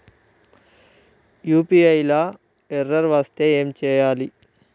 UPI లా error వస్తే ఏం చేయాలి?